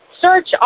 search